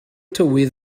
tywydd